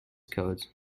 codes